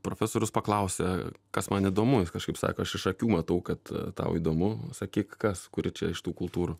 profesorius paklausė kas man įdomu jis kažkaip sako aš iš akių matau kad tau įdomu sakyk kas kuri čia iš tų kultūrų